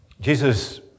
Jesus